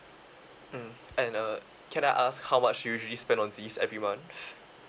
mm and uh can I ask how much you usually spend on these every month